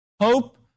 Hope